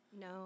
No